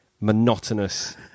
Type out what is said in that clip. monotonous